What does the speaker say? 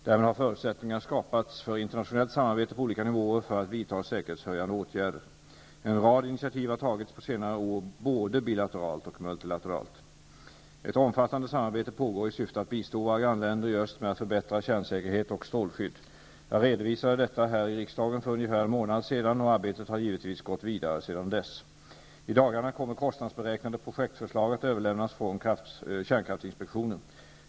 Därmed har förutsättningar skapats för internationellt samarbete på olika nivåer för att vidta säkerhetshöjande åtgärder. En rad initiativ har tagits på senare år både bilateralt och multilateralt. Ett omfattande samarbete pågår i syfte att bistå våra grannländer i öst med att förbättra kärnsäkerhet och strålskydd. Jag redovisade detta här i riksdagen för ungefär en månad sedan och arbetet har givetvis gått vidare sedan dess. I dagarna kommer kostnadsberäknade projektförslag att överlämnas från kärnkraftinspektionen.